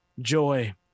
joy